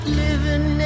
living